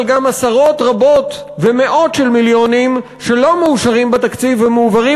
אבל עשרות רבות ומאות של מיליונים שלא מאושרים בתקציב ומועברים